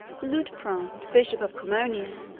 liutprand, bishop of cremona,